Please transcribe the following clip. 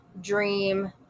dream